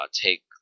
take